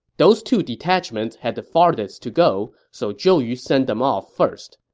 those two detachments had the farthest to go, so zhou yu sent them off first.